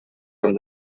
from